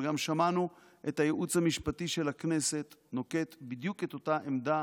אבל גם שמענו את הייעוץ המשפטי של הכנסת נוקט בדיוק את אותה עמדה